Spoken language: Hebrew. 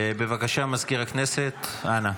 בבקשה, מזכיר הכנסת, אנא.